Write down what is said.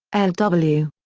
l. w.